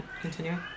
continuing